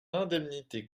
l’indemnité